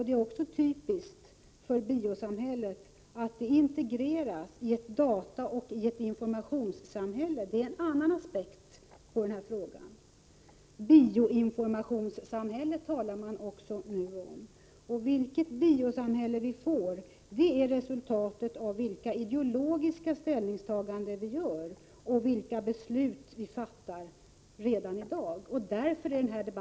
Det är också typiskt för biosamhället att det integreras i ett dataoch informationssamhälle. Det är en annan aspekt på den här frågan. Man talar också nu om bioinformationssamhället. Vilket biosamhälle vi får är resultatet av vilka ideologiska ställningstagan den som vi gör och vilka beslut som vi fattar redan i dag. Därför är den här — Prot.